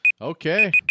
Okay